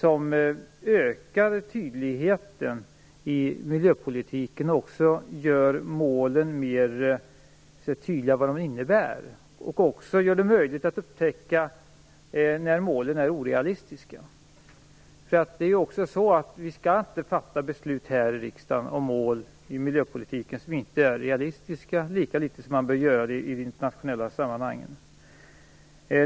De ökar tydligheten i miljöpolitiken och gör också målens innebörd mera tydlig. De gör det också möjligt att upptäcka när målen är orealistiska. Vi skall ju inte här i riksdagen fatta beslut om mål i miljöpolitiken som är orealistiska, lika litet som man bör göra det i internationella sammanhang.